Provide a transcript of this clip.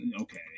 Okay